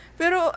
pero